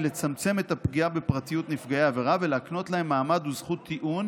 היא לצמצם את הפגיעה בפרטיות נפגעי העבירה ולהקנות להם מעמד וזכות טיעון